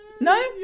no